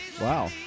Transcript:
Wow